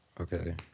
Okay